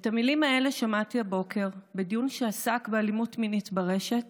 את המילים האלה שמעתי הבוקר בדיון שעסק באלימות מינית ברשת